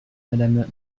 madame